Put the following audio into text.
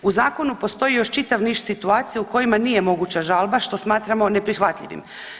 U zakonu postoji još čitav niz situacija u kojima nije moguća žalba što smatramo neprihvatljivim.